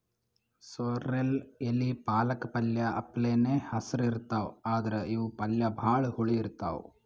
sorrel ಎಲಿ ಪಾಲಕ್ ಪಲ್ಯ ಅಪ್ಲೆನೇ ಹಸ್ರ್ ಇರ್ತವ್ ಆದ್ರ್ ಇವ್ ಪಲ್ಯ ಭಾಳ್ ಹುಳಿ ಇರ್ತವ್